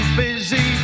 busy